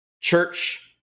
Church